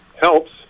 helps